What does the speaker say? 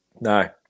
No